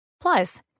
Plus